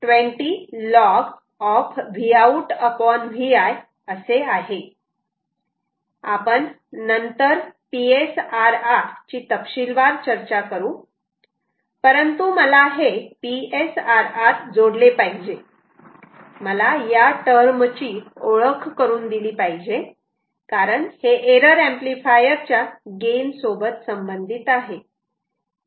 आपण नंतर PSRR ची तपशीलवार चर्चा करू परंतु मला हे PSRR जोडले पाहिजे मला या टर्म ची ओळख करून दिली पाहिजे कारण हे एरर एंपलीफायर च्या गेन सोबत संबंधित आहे